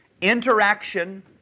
interaction